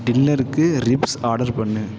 டின்னருக்கு ribs order பண்ணு